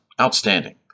outstanding